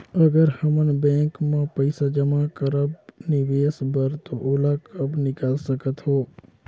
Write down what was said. अगर हमन बैंक म पइसा जमा करब निवेश बर तो ओला कब निकाल सकत हो?